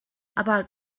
about